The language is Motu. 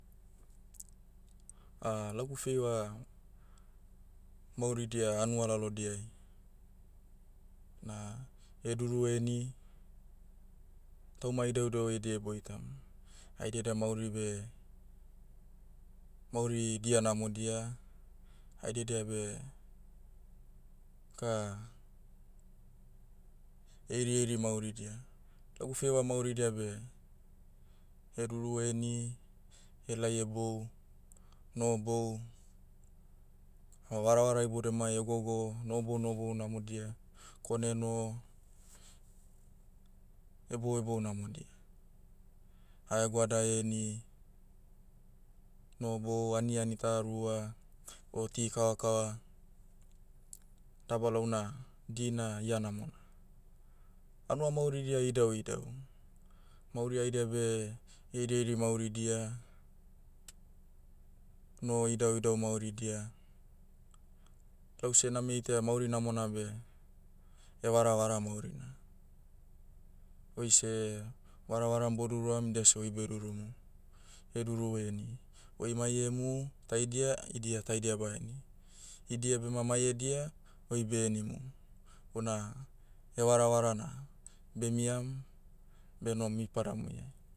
lagu feiva, mauridia hanua lalodiai, na, heduru heni, tauma idaudau ediai boitam. Haidedia mauri beh, mauri, dia namodia, haidedia beh, ka, heirieiri mauridia. Lagu feiva mauridia beh, heduru heni, helai hebou, nohobou, ha varavara ibouda mai hegogo, nohobou nobou namodia, kone noho, hebouebou namodia. Haegoada heni, nohobou aniani ta rua, o ti kavakava, dabalao una, dina ihanamona. Hanua mauridia idauidau. Mauri haidia beh, heirieiri mauridia, noho idauidau mauridia. Lause name itaia mauri namona beh, hevaravara maurina. Oise, varavaram boduruam dia seh oi bedurumum. Heduru heni. Oi mai emu, taidia, idia taidia baheni. Idia bema mai edia, oi behenimum. Bona, hevaravara na, bemiam, benom mi padamuia.